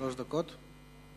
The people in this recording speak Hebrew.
שלוש דקות.